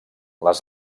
les